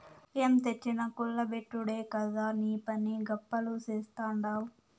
ఏం తెచ్చినా కుల్ల బెట్టుడే కదా నీపని, గప్పాలు నేస్తాడావ్